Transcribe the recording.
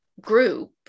group